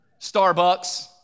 Starbucks